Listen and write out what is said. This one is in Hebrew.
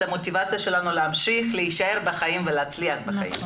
המוטיבציה שלנו להמשיך להישאר בחיים ולהצליח בחיים.